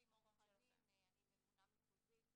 אני ממונה מחוזית,